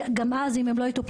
וגם אז אם הם לא יטופלו,